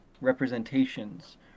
representations